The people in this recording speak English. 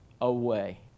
away